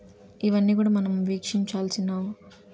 ఇవన్నీ కూడా మనం వీక్షించాల్సిన